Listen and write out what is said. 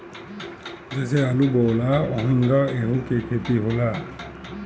जइसे आलू बोआला ओहिंगा एहू के खेती होला